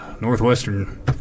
northwestern